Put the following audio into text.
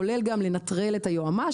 כולל גם לנטרל את היועמ"שית,